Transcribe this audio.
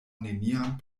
neniam